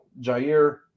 Jair